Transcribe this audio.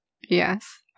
Yes